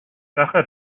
sacher